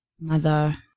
mother